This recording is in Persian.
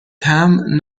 طعم